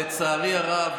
לצערי הרב,